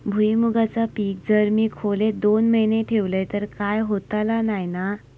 भुईमूगाचा पीक जर मी खोलेत दोन महिने ठेवलंय तर काय होतला नाय ना?